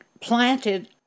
planted